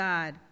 God